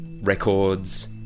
records